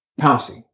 Pouncy